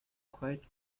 quite